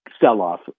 sell-off